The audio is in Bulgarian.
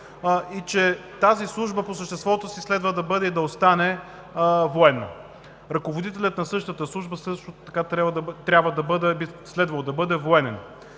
и че тази служба по съществото си следва да бъде и да остане военна. Ръководителят на същата служба също така би следвало да бъде военен,